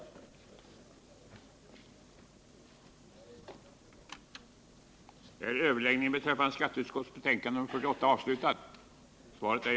riksdagsarbetet under de närmaste två veckorna